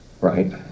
right